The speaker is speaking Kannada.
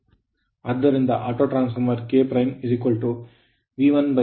ಆದ್ದರಿಂದ autotransformer ಫಾರ್ಮರ್ K V1V2N1N21